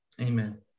Amen